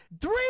three